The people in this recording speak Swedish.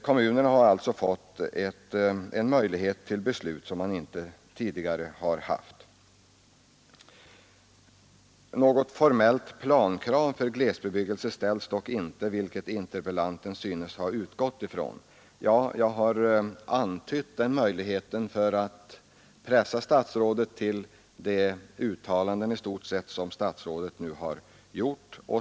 Kommunerna har alltså fått en möjlighet till beslut om byggnadslov som de inte tidigare har haft. ”Något formellt plankrav för glesbebyggelse ställs dock inte upp, vilket interpellanten synes ha utgått från”, fortsätter statsrådet. Jag har antytt den möjligheten för att pressa statsrådet till i stort sett de uttalanden som han nu har gjort.